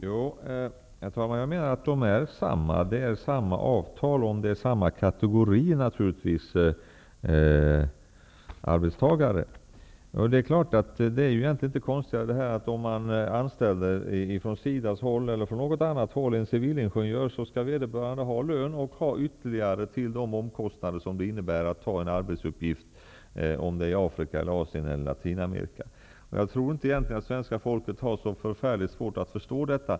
Herr talman! Jo, jag menar att de är desamma. De har samma avtal, och förmånerna är desamma för samma kategorier av arbetstagare. Om man på SIDA eller på något annat håll anställer en civilingenjör, skall vederbörande ha lön och ytterligare till det de omkostnader som det medför att ta en arbetsuppgift i Afrika, Asien eller Jag tror egentligen inte att svenska folket har så förfärligt svårt att förstå detta.